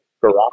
garage